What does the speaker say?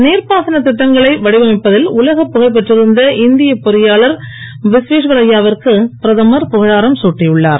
நீர்ப்பாசன திட்டங்களை வடிவமைப்பதில் உலகப் புகழ் பெற்றிருந்த இந்தியப் பொறியாளர் விஸ்வேஸ்வரய்யா விற்கு பிரதமர் புகழாரம் துட்டியுள்ளார்